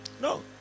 No